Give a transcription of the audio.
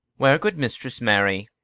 where, good mistress mary?